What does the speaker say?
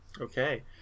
Okay